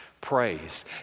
Praise